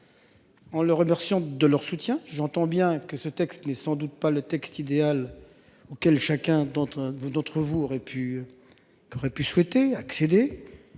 En le remerciant de leur soutien. J'entends bien que ce texte n'est sans doute pas le texte idéal. Auquel chacun d'entre vous d'autres vous aurez